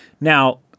Now